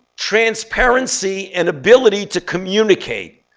transparency and ability to communicate.